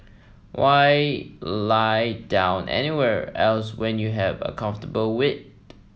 why lie down anywhere else when you have a comfortable wed